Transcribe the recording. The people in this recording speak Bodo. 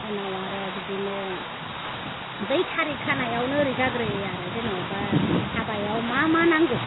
उनाव आरो बिदिनो बै थारिग खानायावनो ओरै जाग्रोयो आरो जेनेबा हाबायाव मा मा नांगौ